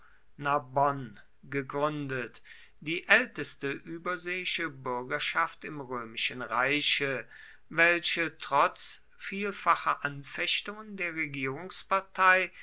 begründet die älteste überseeische bürgerstadt im römischen reiche welche trotz vielfacher anfechtungen der regierungspartei